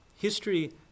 history